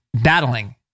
battling